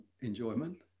enjoyment